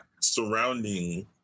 surrounding